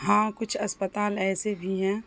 ہاں کچھ اسپتال ایسے بھی ہیں